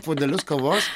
puodelius kavos